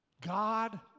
God